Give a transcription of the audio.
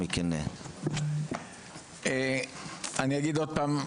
אני אגיד עוד פעם,